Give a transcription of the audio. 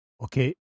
Okay